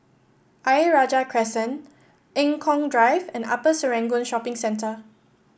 Ayer Rajah Crescent Eng Kong Drive and Upper Serangoon Shopping Centre